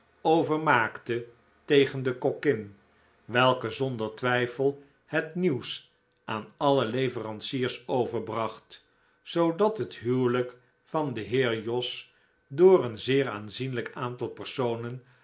over maakte tegen de kokkin welke zonder twijfel het nieuws aan alle leveranciers overbracht zoodat het huwelijk van den heer jos door een zeer aanzienlijk aantal personen